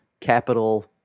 Capital